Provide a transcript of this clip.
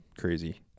crazy